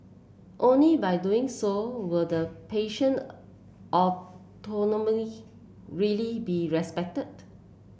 only by doing so will the patient all really be respected